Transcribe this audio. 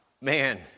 man